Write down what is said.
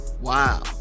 Wow